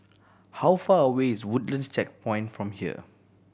how far away is Woodlands Checkpoint from here